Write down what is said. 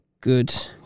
good